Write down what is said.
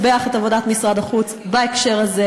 אני חושבת שבסופו של יום יש לשבח את עבודת משרד החוץ בהקשר הזה.